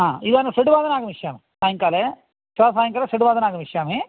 हा इदानीं षड्वादने आगमिष्यामि सायङ्काले श्वः सायङ्काले षड्वादने आगमिष्यामि